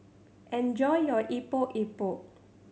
enjoy your Epok Epok